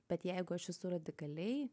bet jeigu aš esu radikaliai